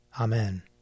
Amen